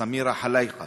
סמירה חלאיקה